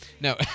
No